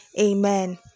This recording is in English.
Amen